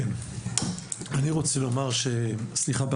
סליחה,